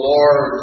Lord